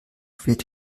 wird